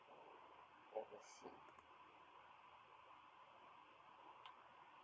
let me see